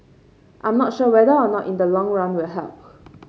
I'm not sure whether or not in the long run will help